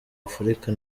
afurika